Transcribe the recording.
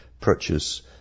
purchase